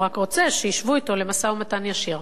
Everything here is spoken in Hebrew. הוא רק רוצה שישבו אתו למשא ומתן ישיר.